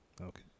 Okay